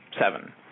Seven